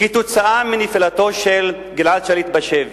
בגלל נפילתו של גלעד שליט בשבי.